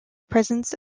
presence